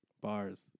bars